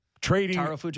trading